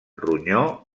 ronyó